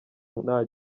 nta